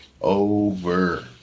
Over